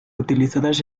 utilizadas